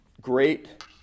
great